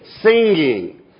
singing